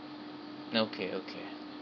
okay okay